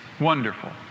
wonderful